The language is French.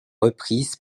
reprises